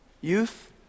Youth